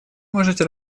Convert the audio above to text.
можете